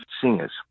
singers